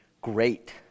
Great